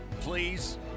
Please